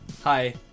Hi